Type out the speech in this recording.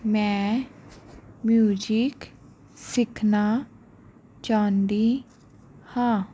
ਮੈਂ ਮਿਊਜਿਕ ਸਿੱਖਣਾ ਚਾਹੁੰਦੀ ਹਾਂ